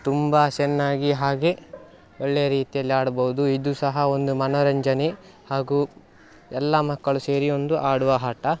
ತುಂಬ ಚೆನ್ನಾಗಿ ಹಾಗೇ ಒಳ್ಳೆಯ ರೀತಿಯಲ್ಲಿ ಆಡ್ಬೋದು ಇದು ಸಹ ಒಂದು ಮನೋರಂಜನೆ ಹಾಗೂ ಎಲ್ಲ ಮಕ್ಕಳು ಸೇರಿ ಒಂದು ಆಡುವ ಆಟ